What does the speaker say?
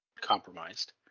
compromised